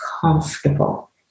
comfortable